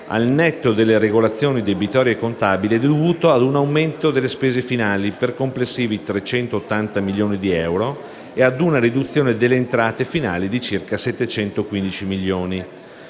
al netto delle regolazioni debitorie e contabili, è dovuto a un aumento delle spese finali per complessivi 380 milioni di euro e a una riduzione delle entrate finali di circa 715 milioni.